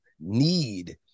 need